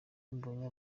mbonye